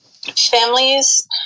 families